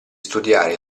studiare